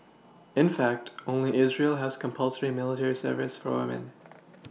in fact only israel has compulsory military service for women